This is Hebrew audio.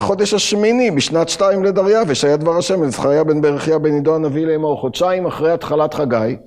חודש השמיני בשנת שתיים לדריווש, היה דבר השם לזכריה בן ברכיה בן עידו הנביא לאמור, חודשיים אחרי התחלת חגי.